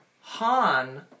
Han